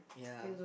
ya